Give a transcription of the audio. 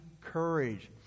courage